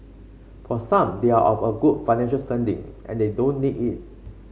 for some they are of a good financial standing and they don't need it